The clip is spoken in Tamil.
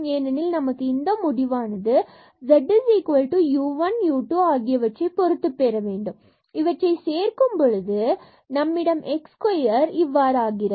ஏனெனில் நமக்கு இந்த முடிவானது z u1 u2 ஆகியவற்றைப் பொறுத்து பெற வேண்டும் இவற்றை சேர்க்கும் பொழுது நம்மிடம் x square இவ்வாறு ஆகிறது